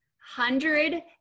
hundred